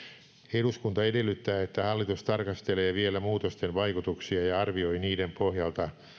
eduskunta edellyttää että hallitus tarkastelee vielä muutosten vaikutuksia ja arvioi niiden pohjalta